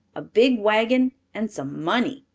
a big wagon, and some money,